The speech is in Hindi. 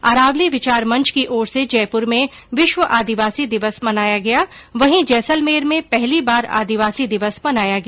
अरावली विचार मंच की ओर से जयपुर में विश्व आदिवासी दिवस मनाया गया वहीं जैसलमेर में पहली बार आदिवासी दिवस मनाया गया